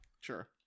Sure